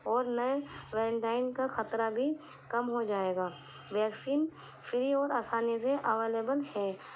اور نئے ویرنٹائن کا خطرہ بھی کم ہو جائے گا ویکسین فری اور آسانی سے اویلیبل ہے